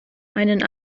einen